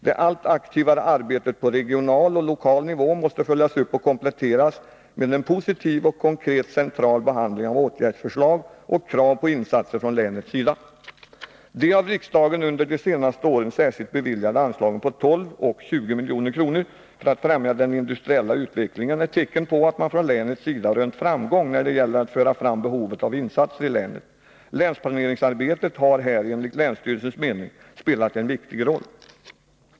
Det allt aktivare arbetet på regional och lokal nivå måste följas upp och kompletteras med en positiv och konkret central behandling av åtgärdsförslag och krav på insatser från länets sida. De av riksdagen under de senaste åren särskilt beviljade anslagen på 12 och 20 milj.kr., för att främja den industriella utvecklingen, är tecken på att man från länets sida rönt framgång när det gäller att föra fram behovet av insatser i länet. Länsplaneringsarbetet har här enligt länsstyrelsens mening spelat en viktig roll.